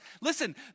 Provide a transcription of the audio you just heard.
Listen